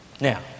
Now